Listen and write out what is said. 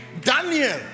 Daniel